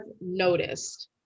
noticed